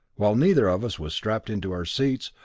while neither of us was strapped into our seats,